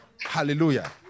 Hallelujah